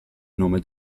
nome